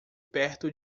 perto